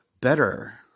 Better